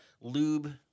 lube